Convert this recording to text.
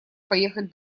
поехать